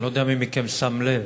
אני לא יודע מי מכם שם לב,